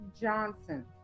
Johnson